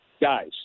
guys